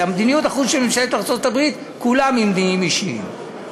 מדיניות החוץ של ממשלת ארצות-הברית כולה ממניעים אישיים.